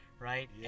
Right